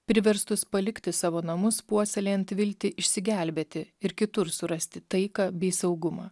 priverstus palikti savo namus puoselėjant viltį išsigelbėti ir kitur surasti taiką bei saugumą